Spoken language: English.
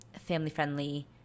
family-friendly